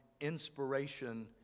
inspiration